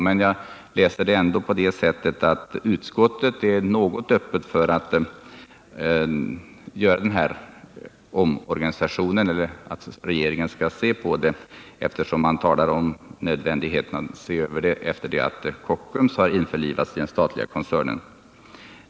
Men jag läser det ändå på det sättet att utskottet är något öppet för att man skall göra den här omorganisationen och för att regeringen skall undersöka frågan, eftersom man talar om nödvändigheten av att se över frågan efter det att Kockums har införlivats i den statliga koncernen.